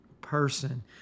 person